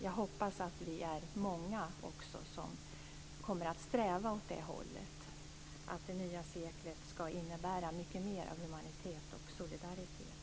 Jag hoppas att vi är många som kommer att sträva åt det hållet, så att det nya seklet ska innebära mycket mer humanitet och solidaritet.